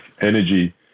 Energy